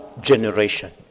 generation